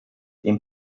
dem